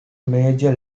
major